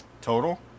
Total